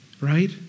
right